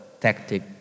tactic